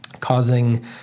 causing